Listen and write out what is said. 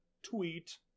tweet